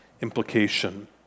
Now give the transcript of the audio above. implication